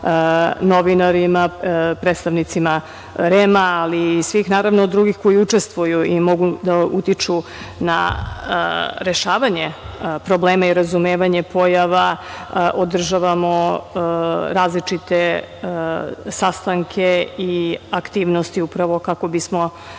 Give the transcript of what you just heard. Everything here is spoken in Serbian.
novinarima, predstavnicima REM-a, ali i svih drugih koji učestvuju i mogu da utiču na rešavanje problema i razumevanja pojava. Održavamo različite sastanke i aktivnosti upravo kako bismo uticali